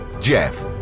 Jeff